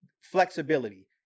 flexibility